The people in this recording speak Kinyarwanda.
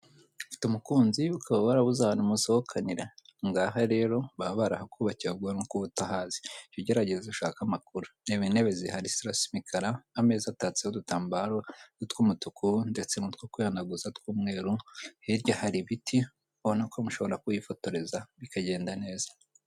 Ufite umukunzi ukaba warabuze ahantu umusohokanira ngaha rero baba barahakubakiye ahubwo nuko uba utahazi. Jya ugerageza ushake amakuru. Reba intebe zihari zirasa imikara, ameza atatse udutambaro tw'umutuku ndetse n'utwo kwihanaguza tw'umweru. Hirya hari ibiti ubona ko mushobora kuhifotoreza bikagenda neza.